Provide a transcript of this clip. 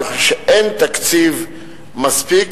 אני חושב שאין תקציב מספיק.